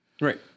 Right